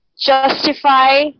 justify